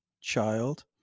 child